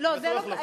זה בטוח.